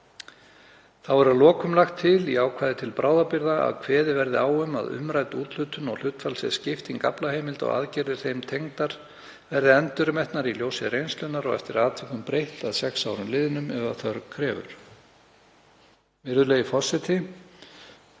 Þá er að lokum lagt til í ákvæði til bráðabirgða að kveðið verði á um að umrædd úthlutun og hlutfallsleg skipting aflaheimilda og aðgerðir þeim tengdar verði endurmetnar í ljósi reynslunnar og eftir atvikum breytt að sex árum liðnum ef þörf krefur. Virðulegi forseti.